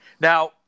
Now